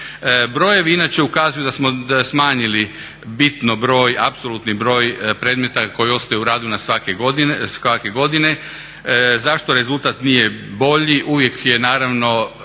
Brojevi inače ukazuju da smo smanjili bitno broj, apsolutni broj predmeta koji ostaju u radu svake godine. Zašto rezultat nije bolji? Uvijek naravno